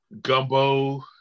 Gumbo